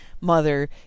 mother